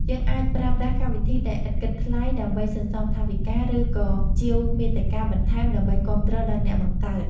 យើងអាចប្រើប្រាស់កម្មវិធីដែលឥតគិតថ្លៃដើម្បីសន្សំថវិកា ឬ ក៏ជាវមាតិកាបន្ថែមដើម្បីគាំទ្រដល់អ្នកបង្កើត។